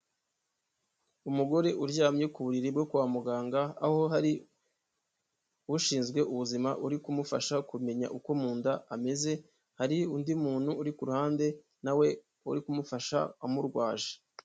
Umugore uryamye ku buriri bwe kwa muganga aho hari ushinzwe ubuzima uri kumufasha kumenya uko mu nda ameze, hari undi muntu uri ku ruhande nawe uri kumufasha amurwaje.